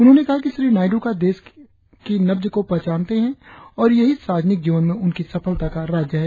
उन्होंने कहा कि श्री नायडू का देश की नब्ज पहचानते है और यही सार्वजनिक जीवन में उनकी सफलता का राज है